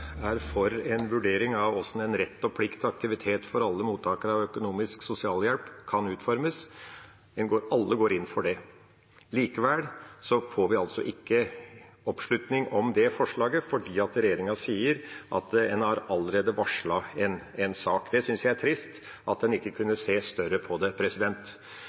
er for en vurdering av hvordan rett og plikt til aktivitet for alle mottakere av økonomisk sosialhjelp kan utformes. Alle går inn for det. Likevel får vi altså ikke oppslutning om det forslaget fordi regjeringa sier at en har allerede varslet en sak. Jeg synes det er trist at en ikke kunne se større på det.